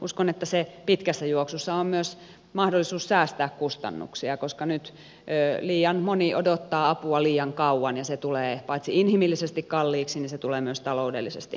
uskon että pitkässä juoksussa on myös mahdollisuus säästää kustannuksia koska nyt liian moni odottaa apua liian kauan ja se tulee paitsi inhimillisesti kalliiksi myös taloudellisesti kalliiksi